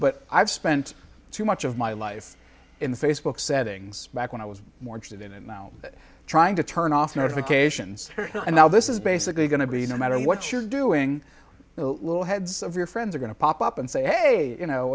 but i've spent too much of my life in the facebook settings back when i was more interested in and now that trying to turn off notifications and now this is basically going to be no matter what you're doing the little heads of your friends are going to pop up and say hey you know